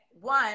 one